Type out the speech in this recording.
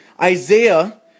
Isaiah